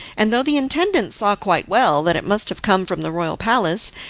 and though the intendant saw quite well that it must have come from the royal palace,